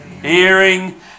hearing